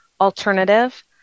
alternative